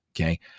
okay